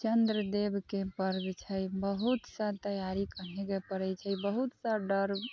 चन्द्र देव के पर्व छै बहुत सा तयारी करैके परै छै बहुत सा डर